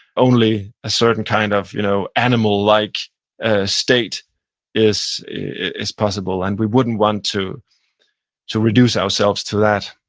only a certain kind of you know animal-like ah state is is possible, and we wouldn't want to to reduce ourselves to that,